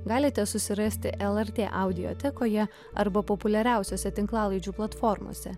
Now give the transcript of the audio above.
galite susirasti lrt adiotekoje arba populiariausiose tinklalaidžių platformose